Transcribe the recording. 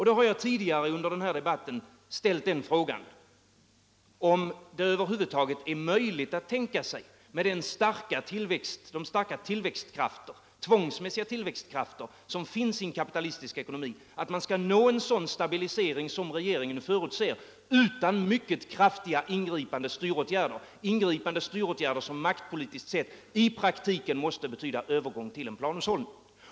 Då har jag, tidigare under debatten, ställt frågan om det över huvud taget är möjligt att tänka sig — med de starka, tvångsmässiga tillväxtkrafter som finns i en kapitalistisk ekonomi — att man kan nå en sådan stabilisering som regeringen förutser utan mycket kraftiga ingripande styråtgärder, som maktpolitiskt sett i praktiken måste betyda övergång till en planhushållning.